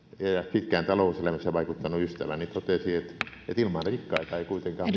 pitkään talouselämässä vaikuttanut ystäväni totesi että ilman rikkaita ei kuitenkaan